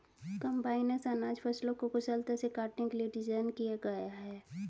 combines अनाज फसलों को कुशलता से काटने के लिए डिज़ाइन किया गया है